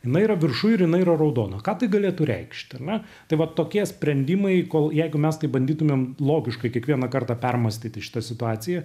jinai yra viršuj ir jinai yra raudona ką tai galėtų reikšti ar ne tai va tokie sprendimai kol jeigu mes taip bandytumėm logiškai kiekvieną kartą permąstyti šita situacija